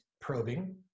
probing